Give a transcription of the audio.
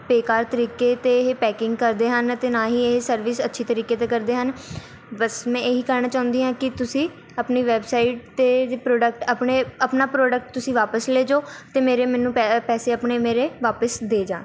ਬੇਕਾਰ ਤਰੀਕੇ ਅਤੇ ਇਹ ਪੈਕਿੰਗ ਕਰਦੇ ਹਨ ਅਤੇ ਨਾ ਹੀ ਇਹ ਸਰਵਿਸ ਅੱਛੀ ਤਰੀਕੇ 'ਤੇ ਕਰਦੇ ਹਨ ਬਸ ਮੈਂ ਇਹ ਹੀ ਕਹਿਣਾ ਚਾਹੁੰਦੀ ਹਾਂ ਕਿ ਤੁਸੀਂ ਆਪਣੀ ਵੈੱਬਸਾਈਟ 'ਤੇ ਪ੍ਰੋਡਕਟ ਆਪਣੇ ਆਪਣਾ ਪ੍ਰੋਡਕਟ ਤੁਸੀਂ ਵਾਪਿਸ ਲੈ ਜਾਉ ਅਤੇ ਮੇਰੇ ਮੈਨੂੰ ਪੈ ਪੈਸੇ ਆਪਣੇ ਮੇਰੇ ਵਾਪਿਸ ਦੇ ਜਾਣ